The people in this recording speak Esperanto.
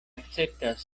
akceptas